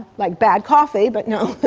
like bad coffee! but you know